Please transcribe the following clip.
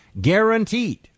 guaranteed